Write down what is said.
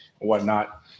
whatnot